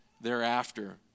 thereafter